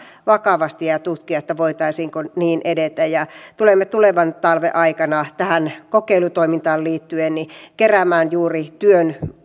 vakavasti ja ja tutkia voitaisiinko niin edetä ja tulemme tulevan talven aikana tähän kokeilutoimintaan liittyen keräämään juuri työn